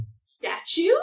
statue